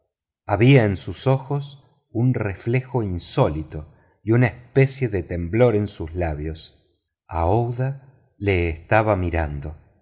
en sus ojos un reflejo insólito y una especie de temblor en los labios aouida le estaba mirando